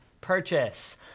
purchase